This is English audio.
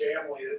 family